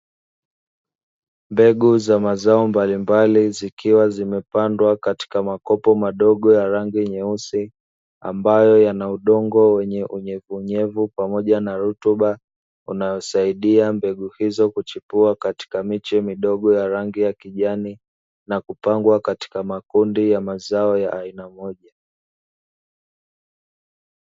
Mbegu za mazao mbalimbali zikiwa zimepandwa katika makopo madogo ya rangi nyeusi ambayo yana udongo wenye unyevu pamoja na rutuba, unaosaidia mbegu hizo kuchipua katika miche midogo ya rangi ya kijani na kupangwa katika makundi ya mazao ya aina moja.